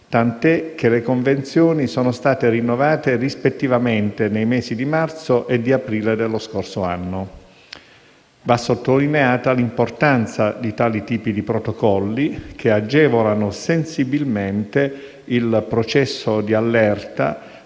tant'è che le convenzioni sono state rinnovate rispettivamente nei mesi di marzo e di aprile dello scorso anno. Va sottolineata l'importanza di tali tipi di protocolli, che agevolano sensibilmente il processo di allerta,